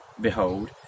Behold